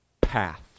path